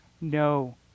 no